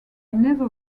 never